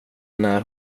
när